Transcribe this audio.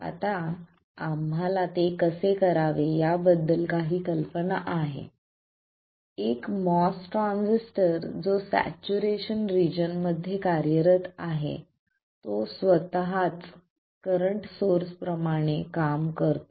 आता आम्हाला ते कसे करावे याबद्दल काही कल्पना आहे एक MOS ट्रान्झिस्टर जॊ सॅच्युरेशन रिजन मध्ये कार्यरत आहे तो स्वतःच करंट सोर्स प्रमाणे काम करतो